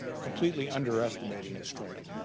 completely under estimating the strength